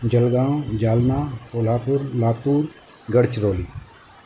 Jalgaon Jalna Kolhapur Latur Gadchiroli